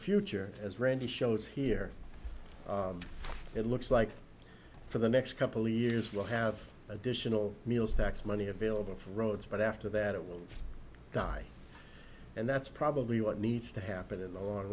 future as randy shows here it looks like for the next couple of years we'll have additional meals tax money available for roads but after that it will die and that's probably what needs to happen in the long